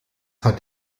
hat